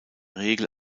regel